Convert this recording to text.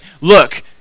look